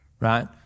right